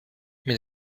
mit